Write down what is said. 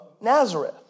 Nazareth